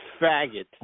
faggot